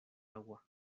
agua